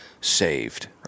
saved